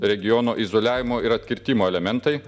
regiono izoliavimo ir atkirtimo elementai